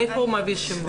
מאיפה הוא מביא שמות?